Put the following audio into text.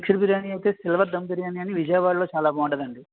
mixed biryani అయితే silver dum biryani అని విజయవాడలో చాలా బాగుంటుంది అండి